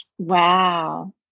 Wow